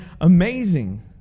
amazing